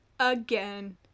Again